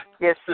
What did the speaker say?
Yes